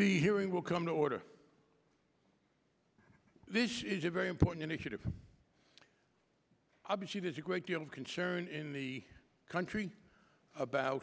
the hearing will come to order this is a very important initiative obviously there's a great deal of concern in the country about